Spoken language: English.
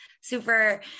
super